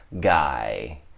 guy